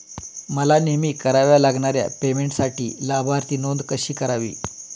मला नेहमी कराव्या लागणाऱ्या पेमेंटसाठी लाभार्थी नोंद कशी करावी?